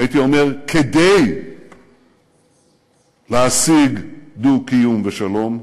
והייתי אומר כדי להשיג דו-קיום ושלום,